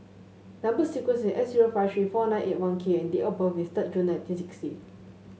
number sequence is S zero five three four nine eight one K and date of birth is third June nineteen sixty